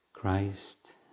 Christ